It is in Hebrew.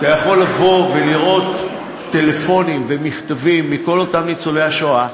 אתה יכול לבוא ולראות טלפונים ומכתבים מכל אותם ניצולי השואה,